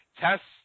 tests